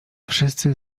wszyscy